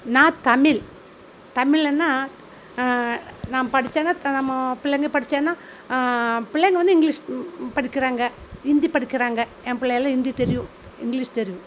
நான் தமிழ் தமிழ்லன்னா நான் படிச்சது நம்ம பிள்ளைங்க படிச்சதுன்னா பிள்ளைங்க வந்து இங்கிலீஷ் படிக்கிறாங்க ஹிந்தி படிக்கிறாங்க ஏ பிள்ளைலாம் ஹிந்தி தெரியும் இங்கிலீஷ் தெரியும்